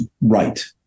right